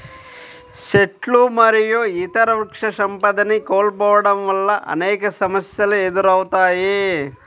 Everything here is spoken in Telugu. చెట్లు మరియు ఇతర వృక్షసంపదని కోల్పోవడం వల్ల అనేక సమస్యలు ఎదురవుతాయి